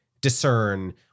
discern